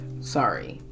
Sorry